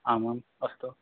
आमाम् अस्तु